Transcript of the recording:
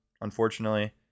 unfortunately